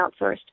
outsourced